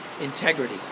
integrity